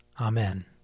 Amen